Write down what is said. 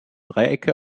dreiecke